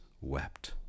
wept